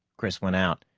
chris went out,